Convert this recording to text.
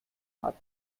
hat